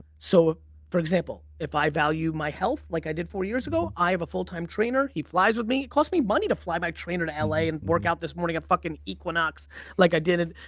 so for example, if i value my health like i did four years ago, i have a full-time trainer, he flies with me. it cost me money to fly my trainer to and la and workout this morning at fucking equinox like i did.